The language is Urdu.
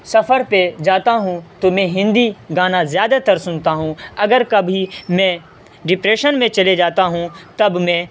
سفر پہ جاتا ہوں تو میں ہندی گانا زیادہ تر سنتا ہوں اگر کبھی میں ڈپریشن میں چلے جاتا ہوں تب میں